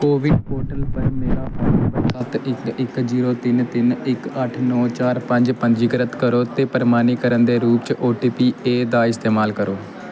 को win portal पर मेरा फोन नंबर सत्त इक इक जीरो तिन्न तिन्न इक अट्ठ नौ चार पंज पंजीकृत करो ते प्रमाणीकरण दे रूप च ओ टी पी ऐ दा इस्तेमाल करो